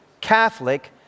Catholic